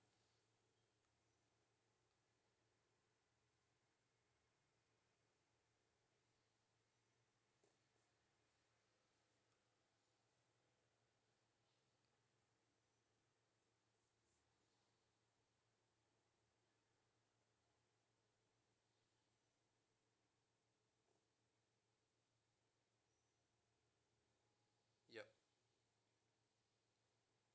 ya